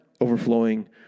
overflowing